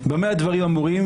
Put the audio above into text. במה דברים אמורים?